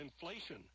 inflation